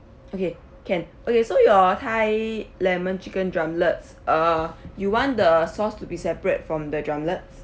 okay can okay so your thai lemon chicken drumlets uh you want the sauce to be separate from the drumlets